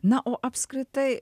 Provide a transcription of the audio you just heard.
na o apskritai